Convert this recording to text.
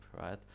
right